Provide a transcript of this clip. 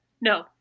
No